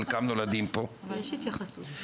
חלקם נולדים פה --- אבל יש התייחסות.